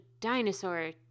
dinosaur